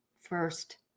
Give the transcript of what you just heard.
first